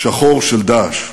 שחור של "דאעש".